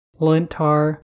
Lintar